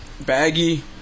Baggy